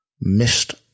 Missed